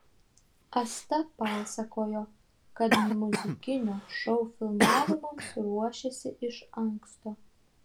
asta pasakojo kad muzikinio šou filmavimams ruošėsi iš anksto